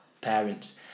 parents